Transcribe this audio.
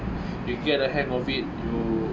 you get the hang of it to